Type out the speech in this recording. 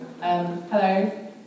Hello